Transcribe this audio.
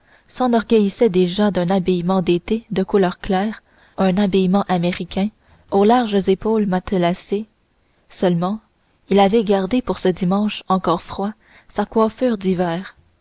s'enorgueillissait déjà d'un habillement d'été de couleur claire un habillement américain aux larges épaules matelassées seulement il avait gardé pour ce dimanche encore froid sa coiffure d'hiver